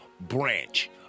branch